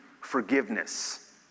forgiveness